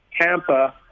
Tampa